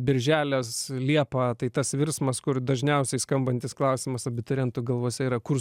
birželis liepa tai tas virsmas kur dažniausiai skambantis klausimas abiturientų galvose yra kur